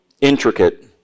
intricate